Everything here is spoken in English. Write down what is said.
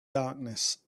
darkness